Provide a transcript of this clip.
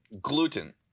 Gluten